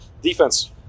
defense